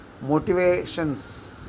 motivations